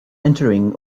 entering